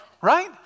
right